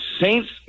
Saints